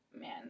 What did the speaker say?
man